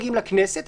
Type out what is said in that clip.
לכנסת,